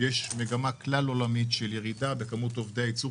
יש מגמה כלל עולמית של ירידה בכמות עובדי הייצור